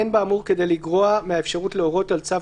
אין באמור כדי לגרוע מהאפשרות להורות על צו